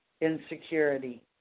Insecurity